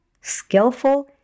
skillful